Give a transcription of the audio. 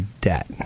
debt